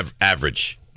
average